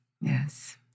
Yes